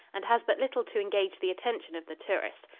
and has but little to engage the attention of the tourist.